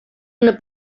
una